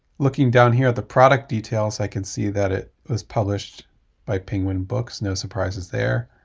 looking down here at the product details, i can see that it was published by penguin books no surprises there.